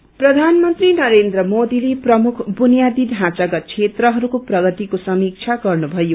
PM review प्रबनमन्त्री नरेन्द्र मोदीले प्रमुख बुनियादी ढाँचागत क्षेत्रहरूक्षे प्रगतिको समीक्षा गर्नुभयो